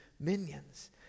minions